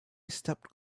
stepped